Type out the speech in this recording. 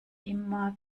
immer